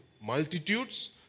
Multitudes